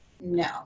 no